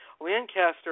lancaster